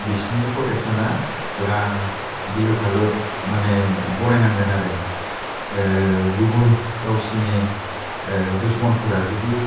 बिसिनि फ्रटेकसनआ बिराद गिलु फालु माने गनायनांगोन आरो गुबुन गावसिनि दुसमनफोरा जुदि